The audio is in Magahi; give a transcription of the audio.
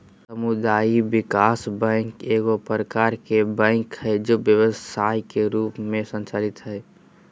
सामुदायिक विकास बैंक एगो प्रकार के बैंक हइ जे व्यवसाय के रूप में संचालित हइ